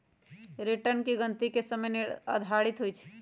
return की गिनति के समय आधारित होइ छइ